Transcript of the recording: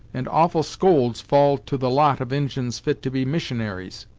and awful scolds fall to the lot of injins fit to be missionaries.